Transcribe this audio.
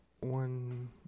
One